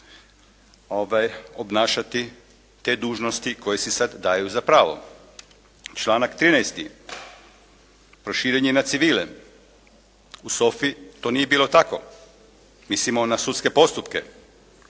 obnašati te dužnosti koje si sada daju za pravo. Članak 13. proširen je na civile. U SOFA-i to nije bilo tako, mislimo na sudske postupke